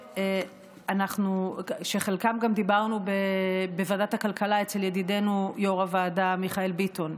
שעל חלקם גם דיברנו בוועדת הכלכלה אצל ידידנו יו"ר הוועדה מיכאל ביטון.